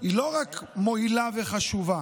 היא לא רק מועילה וחשובה,